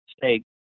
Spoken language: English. stay